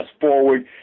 forward